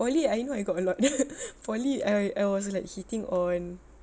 poly I know I got a lot poly I was like hitting on